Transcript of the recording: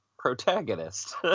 Protagonist